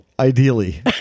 Ideally